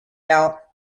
out